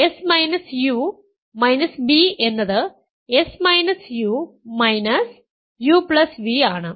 b എന്നത് uv ആണ്